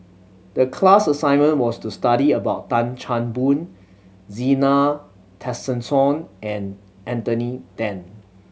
the class assignment was to study about Tan Chan Boon Zena Tessensohn and Anthony Then